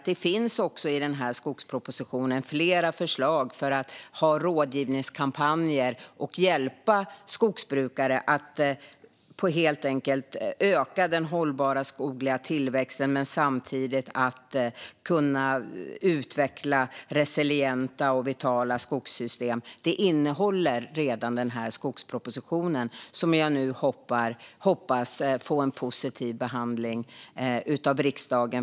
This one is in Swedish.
Det finns också i skogspropositionen flera förslag för att ha rådgivningskampanjer och hjälpa skogsbrukare att helt enkelt öka den hållbara skogliga tillväxten men samtidigt kunna utveckla resilienta och vitala skogssystem. Detta innehåller redan skogspropositionen, som jag hoppas får en positiv behandling av riksdagen.